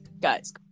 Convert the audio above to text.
Guys